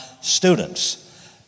students